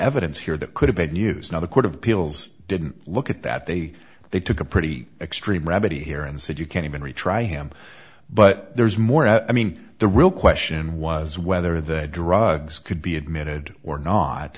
evidence here that could have been news now the court of appeals didn't look at that they they took a pretty extreme remedy here and said you can't even retry him but there's more i mean the real question was whether the drugs could be admitted or not